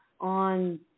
on